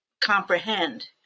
comprehend